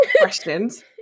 questions